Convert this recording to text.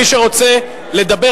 מי שרוצה לדבר,